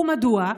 ומדוע?